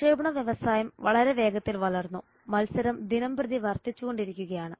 പ്രക്ഷേപണ വ്യവസായം വളരെ വേഗത്തിൽ വളർന്നു മത്സരം ദിനംപ്രതി വർദ്ധിച്ചുകൊണ്ടിരിക്കുകയാണ്